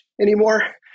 anymore